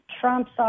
Trump's